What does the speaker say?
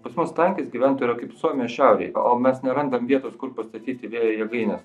pas mus tankis gyventojų yra kaip suomijos šiaurėj o mes nerandame vietos kur pastatyti vėjo jėgaines